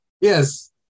Yes